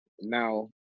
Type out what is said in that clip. now